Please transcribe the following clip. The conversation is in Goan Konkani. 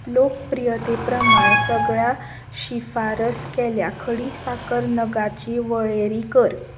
लोकप्रियते प्रमाण सगळ्या शिफारस केल्या खडीसाकर नगाची वळेरी कर